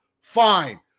Fine